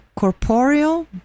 Corporeal